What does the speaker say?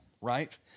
right